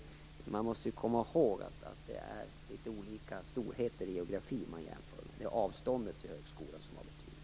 Man måste komma ihåg att man jämför olika storheter i geografin. Det är avståndet till högskolan som har betydelse.